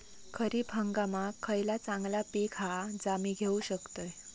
खरीप हंगामाक खयला चांगला पीक हा जा मी घेऊ शकतय?